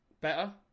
Better